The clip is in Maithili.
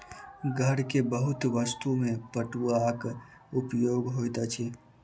घर के बहुत वस्तु में पटुआक उपयोग होइत अछि